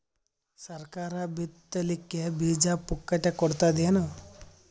ಸರಕಾರ ಬಿತ್ ಲಿಕ್ಕೆ ಬೀಜ ಪುಕ್ಕಟೆ ಕೊಡತದೇನು?